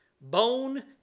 Bone